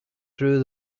through